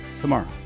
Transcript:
tomorrow